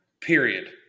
period